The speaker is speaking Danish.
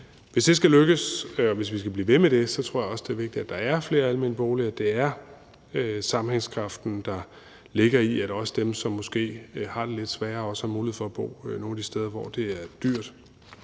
Hvis det skal lykkes, og hvis vi skal blive ved med det, tror jeg også, det er vigtigt, at der er flere almene boliger. Det er sammenhængskraften, der ligger i, at også dem, som måske har det lidt sværere, har mulighed for at bo nogle af de steder, hvor det er dyrt.